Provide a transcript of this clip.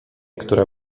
która